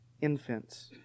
infants